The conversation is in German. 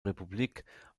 republik